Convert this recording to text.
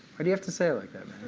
why do you have to say it like that,